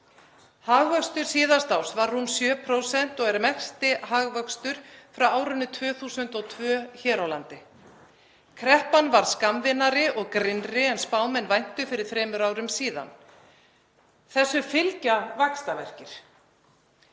Hagvöxtur síðasta árs var rúm 7% og er mesti hagvöxtur frá árinu 2002 hér á landi. Kreppan varð skammvinnari og grynnri en spámenn væntu fyrir þremur árum síðan. Þessu fylgja vaxtarverkir.